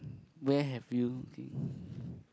where have you been